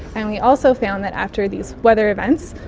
and we also found that after these weather events,